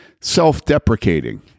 Self-deprecating